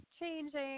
changing